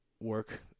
work